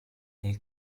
nel